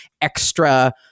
extra